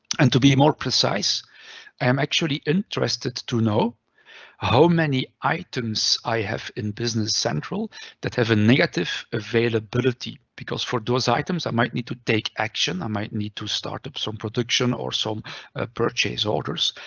and to be more precise, i am actually interested to know how many items i have in business central that have a negative availability. because for those items, i might need to take action. i might need to start up some protection or some ah purchase orders.